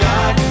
God